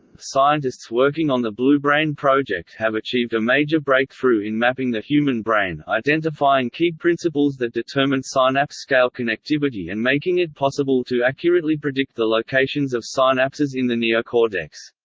scientists working on the blue brain project have achieved a major breakthrough in mapping the human brain, identifying key principles that determine synapse-scale connectivity and making it possible to accurately predict the locations of synapses in the neocortex.